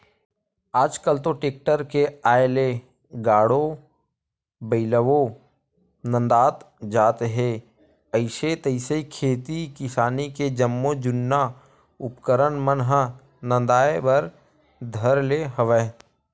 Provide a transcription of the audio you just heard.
आल कल तो टेक्टर के आय ले गाड़ो बइलवो नंदात जात हे अइसे तइसे खेती किसानी के जम्मो जुन्ना उपकरन मन ह नंदाए बर धर ले हवय